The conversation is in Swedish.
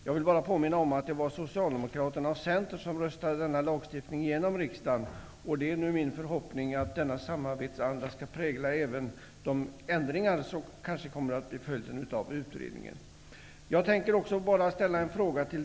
Jag vill bara påminna om att det var Socialdemokraterna och Centern som röstade igenom denna lagstiftning här i riksdagen. Det är min förhoppning att samma samarbetsanda skall prägla de ändringar som kanske blir följden av utredningen.